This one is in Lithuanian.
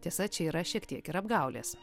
tiesa čia yra šiek tiek ir apgaulės